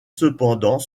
cependant